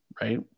right